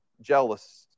jealous